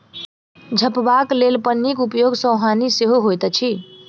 झपबाक लेल पन्नीक उपयोग सॅ हानि सेहो होइत अछि